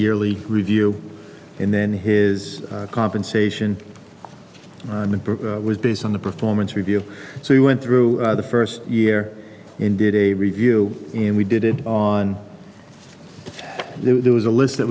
yearly review and then here is compensation i was based on the performance review so we went through the first year and did a review and we did it on there was a list that